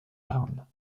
marne